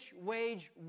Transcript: wage